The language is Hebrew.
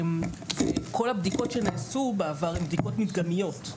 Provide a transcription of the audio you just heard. כל הבדיקות שנעשו בעבר הן בדיקות מדגמיות.